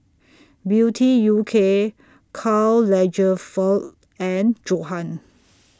Beauty U K Karl Lagerfeld and Johan